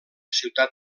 ciutat